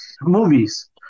movies